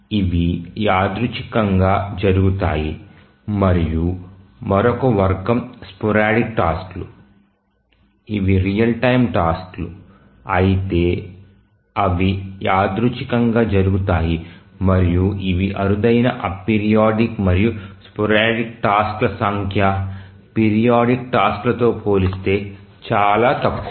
ఇవి యాదృచ్ఛికంగా జరుగుతాయి మరియు మరొక వర్గం స్పోరాడిక్ టాస్క్లు ఇవి రియల్ టైమ్ టాస్క్లు అయితే అవి యాదృచ్ఛికంగా జరుగుతాయి మరియు ఇవి అరుదైన అపెరియోడిక్ మరియు స్పోరాడిక్ టాస్క్ల సంఖ్య పిరియాడిక్ టాస్క్ లతో పోలిస్తే చాలా తక్కువ